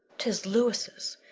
tis louis's,